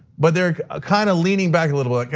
but they're ah kind of leaning back a little bit like,